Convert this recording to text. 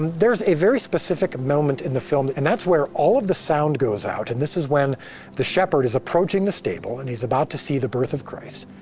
there's a very specific moment in the film, and that's where all of the sound goes out. and this is when the shepherd is approaching the stable, and he's about to see the birth of christ,